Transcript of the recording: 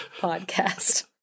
podcast